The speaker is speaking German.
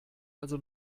also